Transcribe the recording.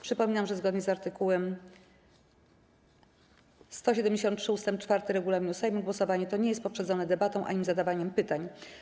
Przypominam, że zgodnie z art. 173 ust. 4 regulaminu Sejmu głosowanie to nie jest poprzedzone debatą ani zadawaniem pytań.